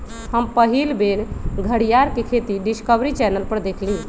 हम पहिल बेर घरीयार के खेती डिस्कवरी चैनल पर देखली